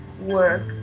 work